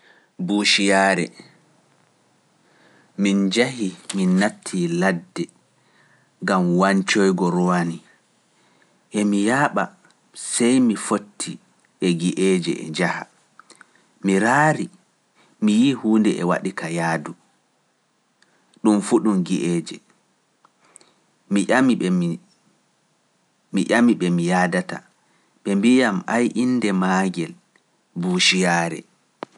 Buushiyaare, min njahi min nattii ladde gam wancoygo ruwani, emi yaaɓa sey mi foti e gi'eeje e njaha, mi raari mi yi'i huunde e waɗi ka yaadu, ɗum fu ɗum gi'eeje. ɓe mi yaadata mbi dun buushiyaare.